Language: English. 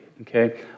okay